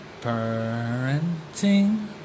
parenting